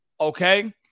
okay